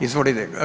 Izvolite.